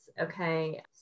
Okay